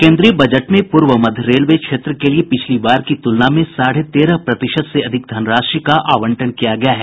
केन्द्रीय बजट में पूर्व मध्य रेलवे क्षेत्र के लिये पिछली बार की तुलना में साढ़े तेरह प्रतिशत से अधिक धनराशि का आवंटन किया गया है